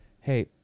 hey